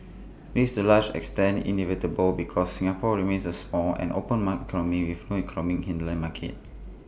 this to A large extent inevitable because Singapore remains A small and open mark economy with no economic hinterland market